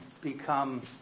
become